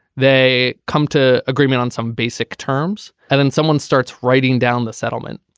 they come to agreement on some basic terms and then someone starts writing down the settlement.